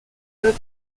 bob